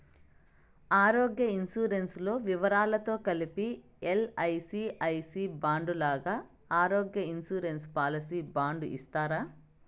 ఆరోగ్య ఇన్సూరెన్సు లో వివరాలతో కలిపి ఎల్.ఐ.సి ఐ సి బాండు లాగా ఆరోగ్య ఇన్సూరెన్సు పాలసీ బాండు ఇస్తారా?